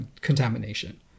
contamination